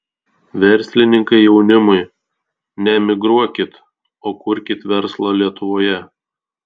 verslininkai jaunimui neemigruokit o kurkit verslą lietuvoje